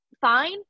fine